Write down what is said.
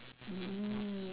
mm